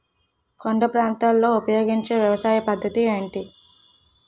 కొండ ప్రాంతాల్లో ఉపయోగించే వ్యవసాయ పద్ధతి ఏంటి?